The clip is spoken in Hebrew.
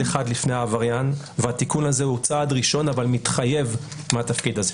אחד לפני העבריין והתיקון הזה הוא צעד ראשון אבל מתחייב מהתפקיד הזה.